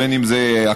בין אם זה אקדמיה,